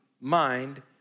mind